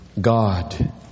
God